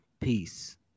peace